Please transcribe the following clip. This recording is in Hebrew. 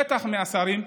בטח מהשרים.